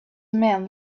man